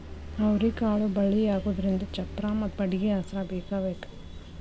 ಅವ್ರಿಕಾಳು ಬಳ್ಳಿಯಾಗುದ್ರಿಂದ ಚಪ್ಪರಾ ಮತ್ತ ಬಡ್ಗಿ ಆಸ್ರಾ ಬೇಕಬೇಕ